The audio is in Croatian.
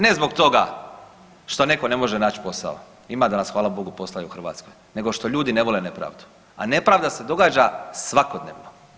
Ne zbog toga što netko ne može naći posao, ima danas, hvala Bogu posla i u Hrvatskoj, nego što ljudi ne vole nepravdu, a nepravda se događa svakodnevno.